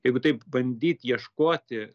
jeigu taip bandyt ieškoti